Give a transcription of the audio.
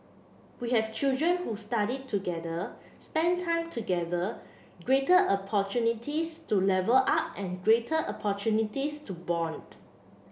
we have children who study together spent time together greater opportunities to level up and greater opportunities to bond